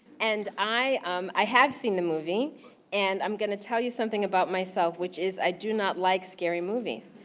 and i um i have seen the movie and i'm gonna tell you something about myself which is, i do not like scary movies.